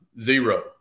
Zero